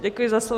Děkuji za slovo.